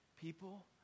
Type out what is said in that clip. people